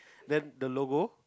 then the logo